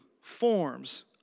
forms